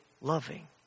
loving